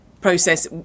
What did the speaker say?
process